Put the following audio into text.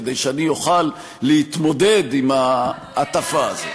כדי שאני אוכל להתמודד עם ההטפה הזאת.